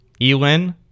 Elin